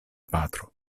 patro